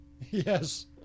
Yes